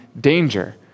danger